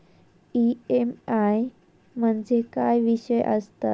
EMI म्हणजे काय विषय आसता?